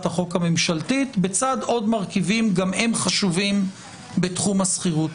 החוק הממשלתית בצד עוד מרכיבים שגם הם חשובים בתחום השכירות.